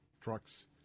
trucks